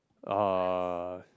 uh